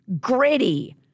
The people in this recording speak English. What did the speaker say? gritty